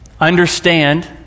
understand